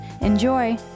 Enjoy